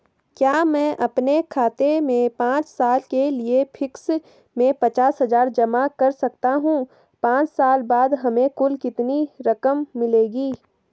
क्या मैं अपने खाते में पांच साल के लिए फिक्स में पचास हज़ार जमा कर सकता हूँ पांच साल बाद हमें कुल कितनी रकम मिलेगी?